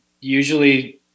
Usually